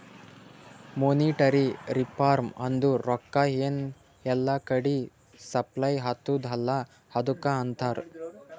monetary reform ಅಂದುರ್ ರೊಕ್ಕಾ ಎನ್ ಎಲ್ಲಾ ಕಡಿ ಸಪ್ಲೈ ಅತ್ತುದ್ ಅಲ್ಲಾ ಅದುಕ್ಕ ಅಂತಾರ್